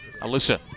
Alyssa